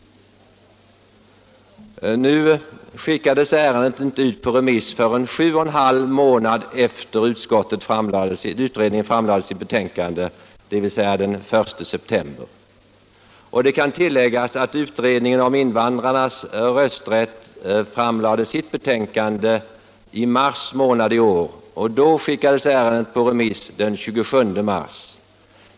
Nu skickades ärendet inte ut på remiss förrän sju och en halv månad efter det att utredningen framlagt sitt betänkande, dvs. den 1 september. Det kan tilläggas att utredningen om invandrarnas rösträtt framlade sitt betänkande i mars månad i år. Det ärendet skickades på remiss den 27 mars.